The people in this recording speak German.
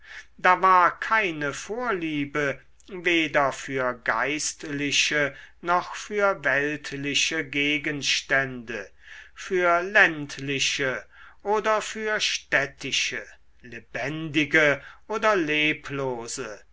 da war keine vorliebe weder für geistliche noch für weltliche gegenstände für ländliche oder für städtische lebendige oder leblose